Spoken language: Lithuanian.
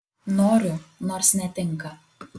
noriu nors netinka